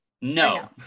No